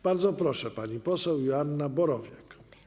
Bardzo proszę, pani poseł Joanna Borowiak.